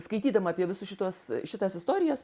skaitydama apie visus šituos šitas istorijas